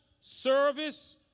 service